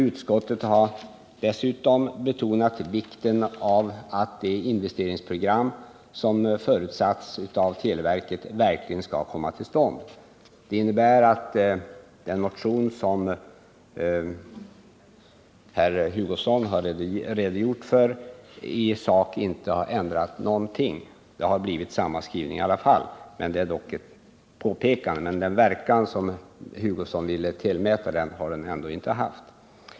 Utskottet har dessutom betonat vikten av att det investeringsprogram som förutsatts av televerket verkligen skall komma till stånd. Det innebär att den motion som herr Hugosson har redogjort för i sak inte ändrar någonting; det har blivit samma skrivning i alla fall. Det är dock ett påpekande. Men den verkan som herr Hugosson ville tillmäta den har den inte haft.